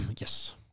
Yes